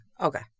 Okay